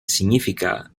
significa